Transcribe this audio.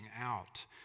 out